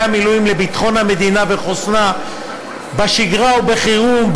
המילואים לביטחון המדינה וחוסנה בשגרה ובחירום,